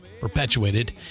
perpetuated